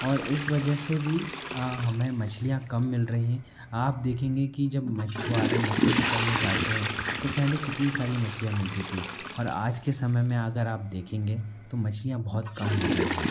और इस वजह से भी हमें मछलियाँ कम मिल रही हैं आप देखेंगे कि जब मछुआरे मछली पकड़ने जाते हैं तो पहले कितनी सारी मछलियाँ मिलती थी और आज के समय में अगर आप देखेंगे तो मछलियाँ बहुत कम हो गई हैं